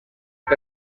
per